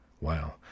Wow